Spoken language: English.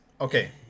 okay